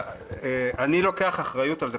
אני לוקח אחריות על זה.